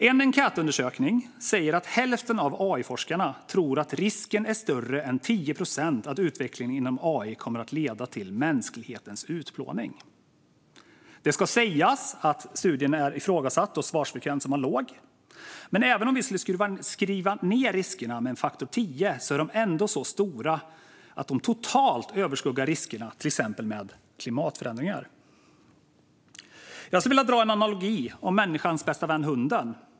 En enkätundersökning säger att hälften av AI-forskarna tror att risken är större än 10 procent att utvecklingen inom AI kommer att leda till mänsklighetens utplåning. Det ska sägas att studien är ifrågasatt och att svarsfrekvensen var låg. Men även om vi skulle skriva ned riskerna med en faktor tio är de ändå så stora att de totalt överskuggar riskerna med till exempel klimatförändringar. Jag skulle vilja dra en analogi om människans bästa vän hunden.